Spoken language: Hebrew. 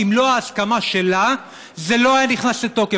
אם לא ההסכמה שלה זה לא היה נכנס לתוקף.